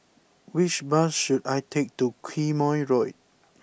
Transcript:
which bus should I take to Quemoy Road